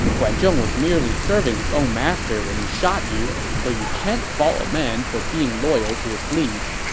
guan zhong was merely serving his own master when he shot you, and so you can't fault a man for being loyal to his liege.